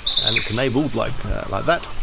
and it's enabled like like that,